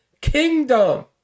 kingdom